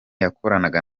yakoranaga